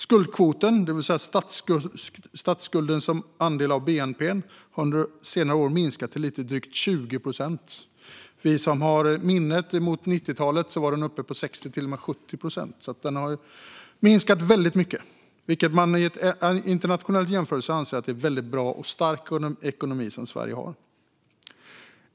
Skuldkvoten, det vill säga statsskulden som andel av bnp, har under senare år minskat till lite drygt 20 procent. På 90-talet var den uppe på 60 procent och till och med 70 procent. Den har alltså minskat väldigt mycket. I en internationell jämförelse anser man att det är en väldigt bra och stark ekonomi som Sverige har.